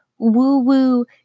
Woo-woo